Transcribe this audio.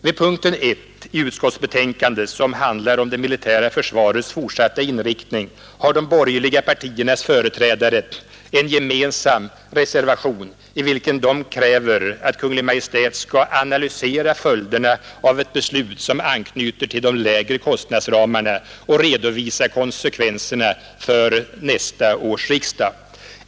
Vid punkten 1 i utskottsbetänkandet, som handlar om det militära försvarets fortsatta inriktning, har de borgerliga partiernas företrädare en gemensam reservation, i vilken de kräver att Kungl. Maj:t skall analysera följderna av ett beslut som anknyter till de lägre kostnadsramarna och redovisa konsekvenserna för nästa års riksdag.